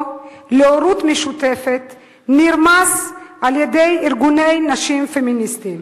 להורות משותפת נרמסים על-ידי ארגוני נשים פמיניסטיים.